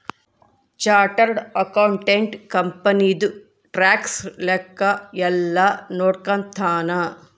chartered accountant ಕಂಪನಿದು tax ಲೆಕ್ಕ ಯೆಲ್ಲ ನೋಡ್ಕೊತಾನ